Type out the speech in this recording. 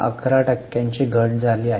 11 टक्क्यांनी घट झाली आहे